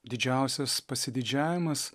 didžiausias pasididžiavimas